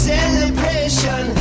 Celebration